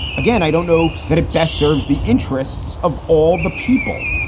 again, i don't know that it best serves the interests of all the people.